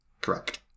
Correct